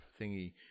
thingy